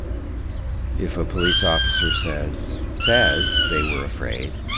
if a police officer says says they were afraid,